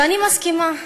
ואני מסכימה,